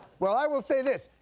well, i will say this,